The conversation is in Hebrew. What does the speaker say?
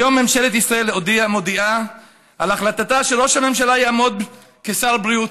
היום ממשלת ישראל מודיעה על החלטתה שראש הממשלה יעמוד כשר בריאות.